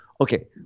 okay